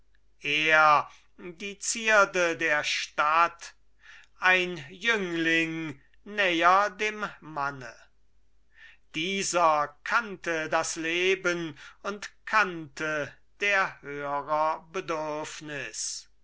er die zierde der stadt ein jüngling näher dem manne dieser kannte das leben und kannte der hörer bedürfnis